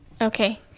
Okay